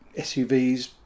SUVs